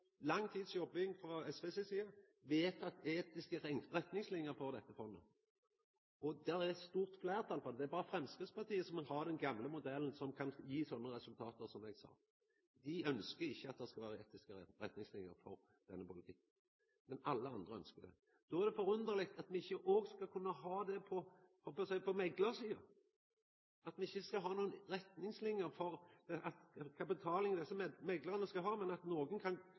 lang tids jobbing frå SV si side, vedteke etiske retningslinjer for dette fondet, og det er eit stort fleirtal for det. Det er berre Framstegspartiet som vil ha den gamle modellen, som kan gje slike resultat som eg nemnde. Dei ønskjer ikkje at det skal vera etiske retningslinjer for denne politikken, men alle andre ønskjer det. Då er det forunderleg at me ikkje òg skal kunna ha det på meklarsida, at me ikkje skal ha nokre retningslinjer for den kapitalen desse meklarane skal ha, der nokon kan